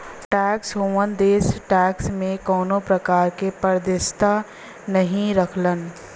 tax haven देश tax में कउनो प्रकार क पारदर्शिता नाहीं रखलन